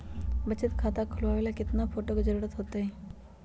बचत खाता खोलबाबे ला केतना फोटो के जरूरत होतई?